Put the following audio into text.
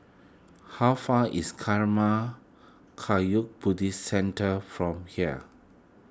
how far is Karma Kagyud Buddhist Centre from here